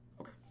Okay